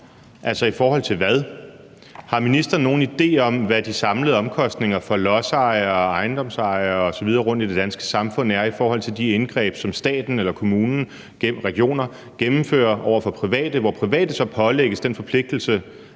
I forhold til hvad? Har ministeren nogen idé om, hvad de samlede omkostninger for lodsejere, ejendomsejere osv. rundtom i det danske samfund er i forhold til de indgreb, som staten, kommuner og regioner gennemfører over for private, hvor private så pålægges den forpligtelse